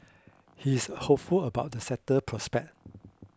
he is hopeful about the sector prospects